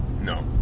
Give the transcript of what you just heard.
No